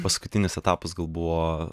paskutinis etapas gal buvo